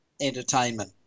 entertainment